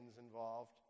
involved